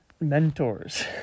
mentors